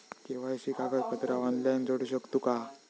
KYC कागदपत्रा online जोडू शकतू का?